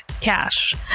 cash